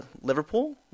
Liverpool